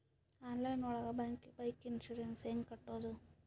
Online ಒಳಗೆ bike insurance ಹ್ಯಾಂಗ್ ಕಟ್ಟುದು?